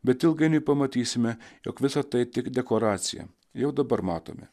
bet ilgainiui pamatysime jog visa tai tik dekoracija jau dabar matome